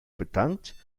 betankt